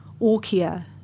Orkia